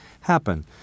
happen